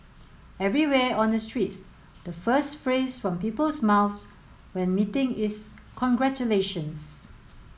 everywhere on the streets the first phrase from people's mouths when meeting is congratulations